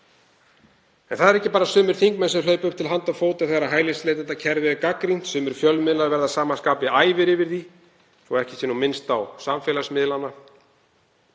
En það eru ekki bara sumir þingmenn sem hlaupa upp til handa og fóta þegar hælisleitendakerfið er gagnrýnt. Sumir fjölmiðlar verða að sama skapi æfir yfir því, svo ekki sé minnst á samfélagsmiðlana.